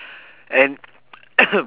and